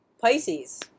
Pisces